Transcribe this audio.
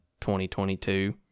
2022